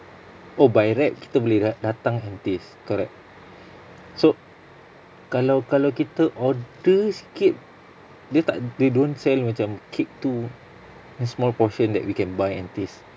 oh by right kita boleh da~ datang and taste correct so kalau kalau kita order sikit dia tak they don't sell macam kek tu a small portion that we can buy and taste